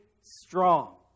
strong